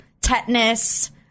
tetanus